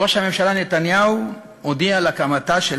ראש הממשלה נתניהו הודיע על הקמתה של